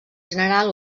general